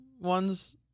ones